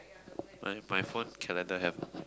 I have my phone calendar have